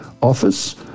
office